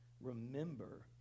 Remember